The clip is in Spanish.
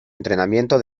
entrenamiento